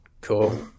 Cool